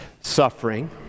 suffering